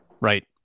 right